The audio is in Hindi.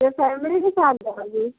तो फैमली के साथ जाओगी